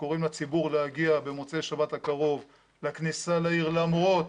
כשקוראים לציבור להגיע במוצאי שבת הקרוב לכניסה לעיר למרות